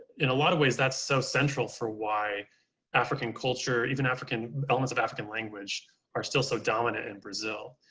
in a lot of ways that's so central for why african culture, even african, elements of african language are still so dominant in brazil.